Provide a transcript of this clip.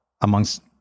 Amongst